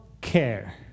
care